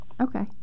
Okay